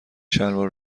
شلوار